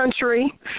country